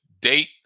date